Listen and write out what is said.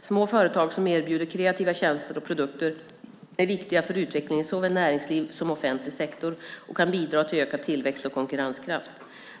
Små företag som erbjuder kreativa tjänster och produkter är viktiga för utvecklingen i såväl näringsliv som offentlig sektor och kan bidra till ökad tillväxt och konkurrenskraft.